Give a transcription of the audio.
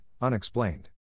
unexplained